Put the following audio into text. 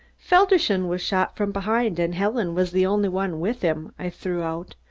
felderson was shot from behind and helen was the only one with him, i threw out,